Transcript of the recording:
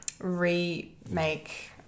remake